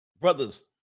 Brothers